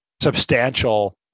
substantial